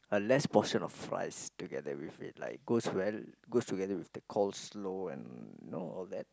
and less portion of fries together with it like goes well goes together with the coleslaw and know all that